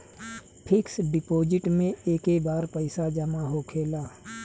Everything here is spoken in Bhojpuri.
फिक्स डीपोज़िट मे एके बार पैसा जामा होखेला